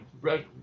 Red